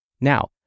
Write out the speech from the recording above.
Now